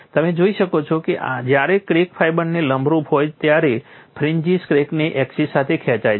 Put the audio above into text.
તમે જોઈ શકો છો કે જ્યારે ક્રેક ફાઇબરને લંબરૂપ હોય છે ત્યારે ફ્રિન્જિસ ક્રેકની એક્સિસ સાથે ખેંચાય છે